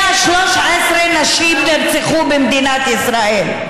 113 נשים נרצחו במדינת ישראל.